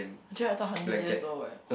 actually I thought hundred years old eh